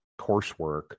coursework